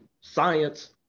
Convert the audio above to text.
Science